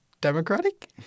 Democratic